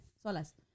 solas